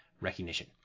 recognition